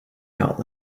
out